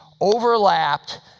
overlapped